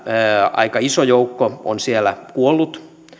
aika iso joukko on siellä kuollut